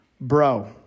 bro